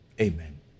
amen